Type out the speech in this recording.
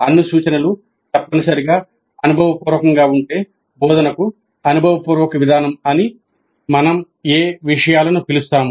అన్ని సూచనలు తప్పనిసరిగా అనుభవపూర్వకంగా ఉంటే బోధనకు అనుభవపూర్వక విధానం అని మనం ఏ విషయాలను పిలుస్తాము